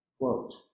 Quote